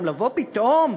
גם לבוא פתאום,